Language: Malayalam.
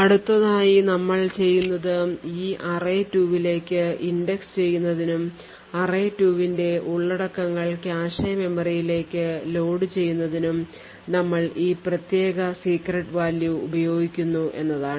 അടുത്തതായി നമ്മൾ ചെയ്യുന്നത് ഈ array2 ലേക്ക് ഇൻഡെക്സ് ചെയ്യുന്നതിനും array2 ന്റെ ഉള്ളടക്കങ്ങൾ കാഷെ മെമ്മറിയിലേക്ക് ലോഡുചെയ്യുന്നതിനും ഞങ്ങൾ ഈ പ്രത്യേക secret value ഉപയോഗിക്കുന്നു എന്നതാണ്